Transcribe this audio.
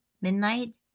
midnight